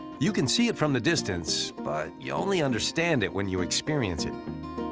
you can see it from the distance, but you only understand it when you experience it.